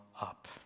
up